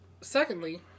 secondly